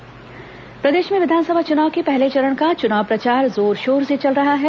चुनाव प्रचार प्रदेश में विधानसभा चुनाव के पहले चरण का चुनाव प्रचार जोर शोर से चल रहा है